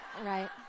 Right